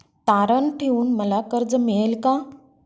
तारण ठेवून मला कर्ज मिळेल का?